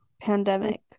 Pandemic